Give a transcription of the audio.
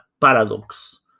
paradox